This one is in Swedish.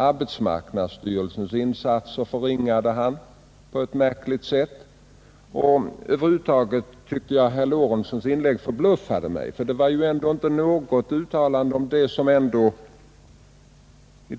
Arbetsmarknadsstyrelsens insatser förringade han på ett märkligt sätt. Över huvud taget förbluffade mig herr Lorentzons inlägg, ty han uttalade sig inte alls om det som ändå har skapat